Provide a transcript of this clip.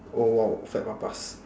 oh !wow! fat papas